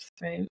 right